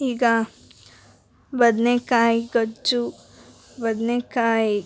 ಈಗ ಬದ್ನೆಕಾಯಿ ಗೊಜ್ಜು ಬದ್ನೆಕಾಯಿ